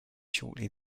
shortly